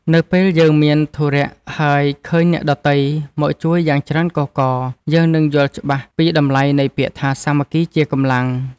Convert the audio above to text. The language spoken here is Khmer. នៅពេលយើងមានធុរៈហើយឃើញអ្នកដទៃមកជួយយ៉ាងច្រើនកុះករ យើងនឹងយល់ច្បាស់ពីតម្លៃនៃពាក្យថា សាមគ្គីជាកម្លាំង។